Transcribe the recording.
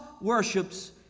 worships